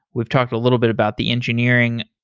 we've talked a little bit about the engineering.